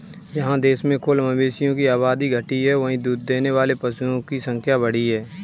जहाँ देश में कुल मवेशियों की आबादी घटी है, वहीं दूध देने वाले पशुओं की संख्या बढ़ी है